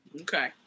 Okay